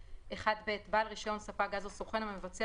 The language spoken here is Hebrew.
(1ב) בעל רישיון ספק גז או סוכן המבצע